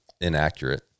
inaccurate